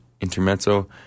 intermezzo